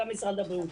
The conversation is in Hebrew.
גם במשרד הבריאות.